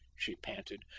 she panted.